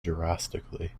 drastically